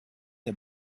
der